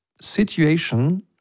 situation